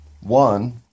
One